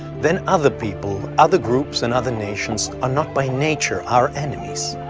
then other people, other groups and other nations are not by nature our enemies.